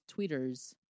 tweeters